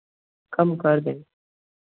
कम कर देंगे